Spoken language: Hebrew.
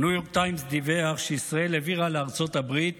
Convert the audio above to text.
הניו יורק טיימס דיווח שישראל העבירה לארצות הברית